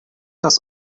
das